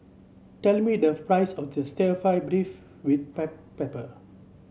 tell me the price stir fry beef with pepper